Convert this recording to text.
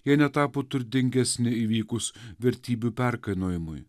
jie netapo turtingesni įvykus vertybių perkainojimui